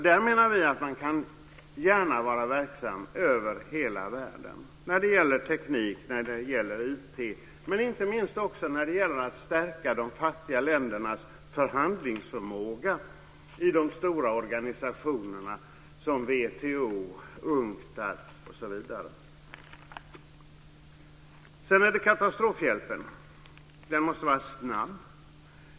Där menar vi att man gärna kan vara verksam över hela världen när det gäller teknik och IT, men inte minst också när det gäller att stärka de fattiga ländernas förhandlingsförmåga i de stora organisationerna som Katastrofhjälpen måste vara snabb.